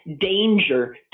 danger